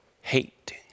hate